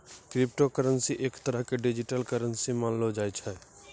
crypto currency एक तरह के डिजिटल करन्सी मानलो जाय छै